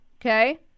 Okay